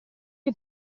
che